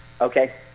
Okay